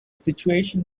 situation